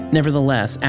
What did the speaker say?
Nevertheless